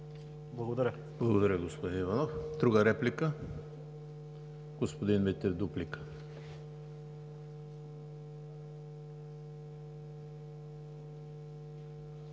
Благодаря Ви, господин Иванов. Друга реплика? Господин Митев – дуплика.